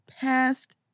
past